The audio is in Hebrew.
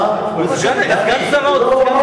מה זאת אומרת לא עמדת הממשלה?